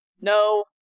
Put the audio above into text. No